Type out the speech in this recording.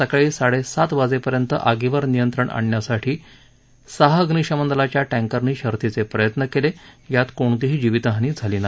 सकाळी साडेसात वाजेपर्यंत आगीवर नियंत्रण आणण्यासाठी सहा अग्निशमन दलाच्या टँकरनी शर्थीचे प्रयत्न केले यात कोणतीही जीवितहानी झाली नाही